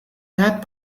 that